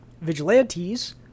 Vigilantes